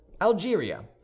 Algeria